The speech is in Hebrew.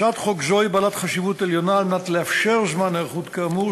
הצעת חוק זו היא בעלת חשיבות עליונה כדי לאפשר זמן היערכות כאמור,